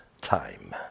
time